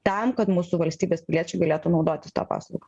tam kad mūsų valstybės piliečiai galėtų naudotis ta paslauga